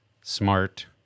smart